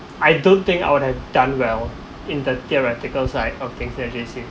I don't think I would have done well in the theoretical side of things at J_C